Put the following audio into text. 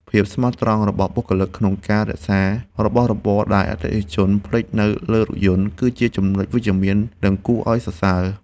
ភាពស្មោះត្រង់របស់បុគ្គលិកក្នុងការរក្សារបស់របរដែលអតិថិជនភ្លេចនៅលើរថយន្ត គឺជាចំណុចវិជ្ជមាន និងគួរឱ្យសរសើរ។